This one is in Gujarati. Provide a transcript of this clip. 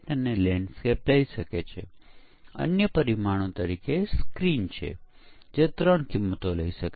અમુક મોડ્યુલ્સ સામાન્ય રીતે મોટા ભાગની ખામીઓ સમાવે છે કારણ કે કદાચ તે મોડ્યુલમાં ખૂબ જ જટીલ હોય છે